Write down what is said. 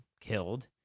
killed